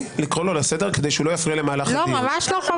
שאתה מודה שיש לך בעיה ספציפית.